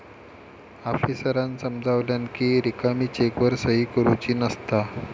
आफीसरांन समजावल्यानं कि रिकामी चेकवर सही करुची नसता